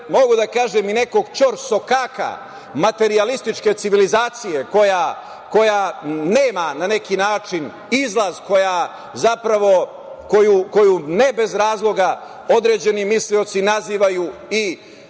mogu da kažem i nekog ćorsokaka materijalističke civilizacije koja nema na neki način izlaz, koju ne bez razloga određeni mislioci nazivaju i